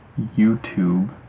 YouTube